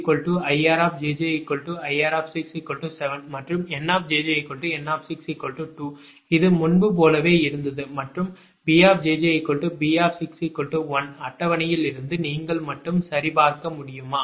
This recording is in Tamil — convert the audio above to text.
jj 6 போது m2IRjjIR67 மற்றும் NjjN62 இது முன்பு போலவே இருந்தது மற்றும் BjjB61 அட்டவணையில் இருந்து நீங்கள் மட்டும் சரி பார்க்க முடியுமா